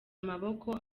amaboko